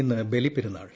ഇന്ന് ബലിപെരുന്നാൾ